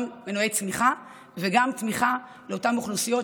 מנועי צמיחה וגם תמיכה באותן אוכלוסיות,